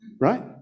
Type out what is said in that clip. right